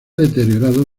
deteriorado